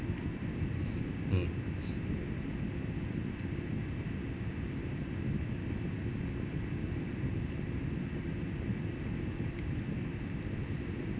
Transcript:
mm